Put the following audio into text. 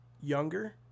younger